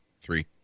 three